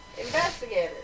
investigators